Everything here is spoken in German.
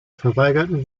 verweigerten